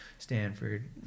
Stanford